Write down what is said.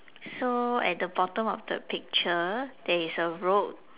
so at the bottom of the picture there is a road